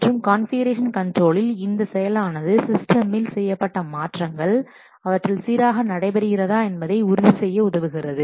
மற்றும் கான்ஃபிகுரேஷன் கண்ட்ரோலில் இந்த செயலானது சிஸ்டமில் செய்யப்பட்ட மாற்றங்கள் அவற்றில் சீராக நடைபெறுகிறதா என்பதை உறுதி செய்ய உதவுகிறது